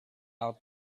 out